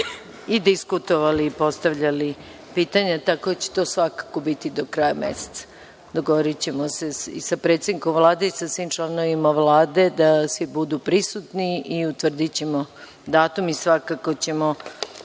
diskutovali i postavljali pitanja, tako da će to svakako biti do kraja meseca. Dogovorićemo se sa predsednikom Vlade i sa svim članovima Vlade da svi budu prisutni i utvrdićemo datum. U okviru